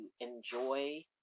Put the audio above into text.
enjoy